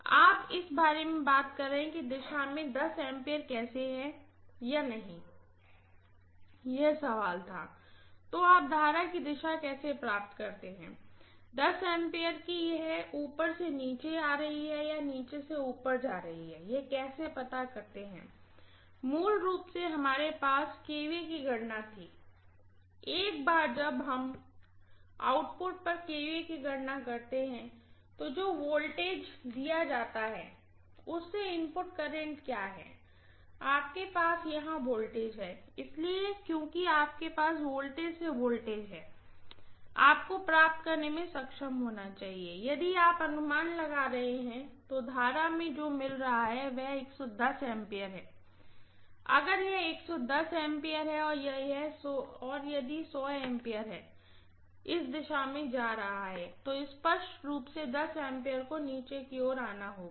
professor आप इस बारे में बात कर रहे हैं कि इस दिशा में A कैसे है या नहीं यह सवाल था तो आप करंट की दिशा कैसे प्राप्त करते हैं A कि यह ऊपर से नीचे या नीचे से ऊपर की ओर जा रहा है यह कैसे पता करते हैं मूल रूप से हमारे पास kVA की गणना थी एक बार जब आप आउटपुट पर kVA की गणना करते हैं तो जो वोल्टेज दिया जाता है उससे इनपुट करंट क्या होता है आपके पास यहां वोल्टेज है इसलिए क्योंकि आपके पास वोल्टेज से वोल्टेज है आपको प्राप्त करने में सक्षम होना चाहिए यदि आप अनुमान लगा रहे हैं तो वर्तमान में जो मुझे मिल रहा है वह A है अगर यह A है और यदि A इस दिशा में जा रहा है तो स्पष्ट रूप से A को नीचे की ओर आना होगा